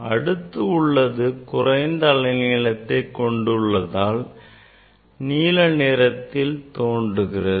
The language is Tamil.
அடுத்து உள்ளது குறைந்த அலை நீளத்தை கொண்டுள்ளதால் நீல நிறத்தில் தோன்றுகிறது